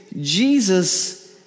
Jesus